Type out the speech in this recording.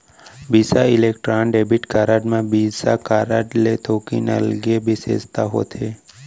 बिसा electron debit card म Visa card ले थोकिन अलगे बिसेसता होथे